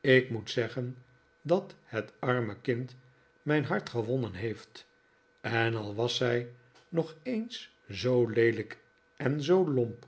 ik moet zeggen dat het arme kind mijn hart gewonnen heeft en al was zij nog eens zoo leelijk en zoo lomp